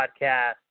Podcast